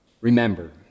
remember